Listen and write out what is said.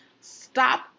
stop